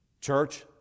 Church